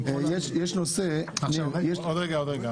לגבי מה